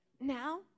now